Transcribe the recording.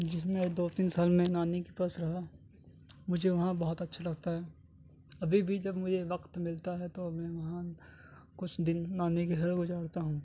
جس میں دو تین سال میں نانی کے پاس رہا مجھے وہاں بہت اچھا لگتا ہے ابھی بھی جب مجھے وقت ملتا ہے تو میں وہاں کچھ دن نانی کے گھر وہ جاتا ہوں